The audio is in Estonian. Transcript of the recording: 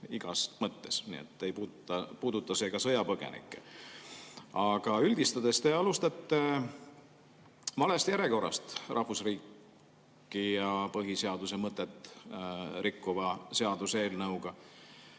igas mõttes, nii et ei puuduta see ka sõjapõgenikke. Aga üldistades: te alustate valest järjekorra [otsast] rahvusriiki ja põhiseaduse mõtet rikkuva seaduseelnõuga.